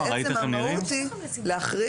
בעצם המהות היא להחריג